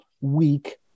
week